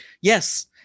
Yes